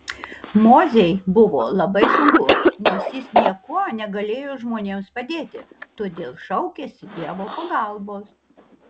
mozei buvo labai sunku nes jis niekuo negalėjo žmonėms padėti todėl šaukėsi dievo pagalbos